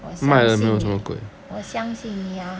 我相信我相信你呀